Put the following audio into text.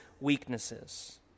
weaknesses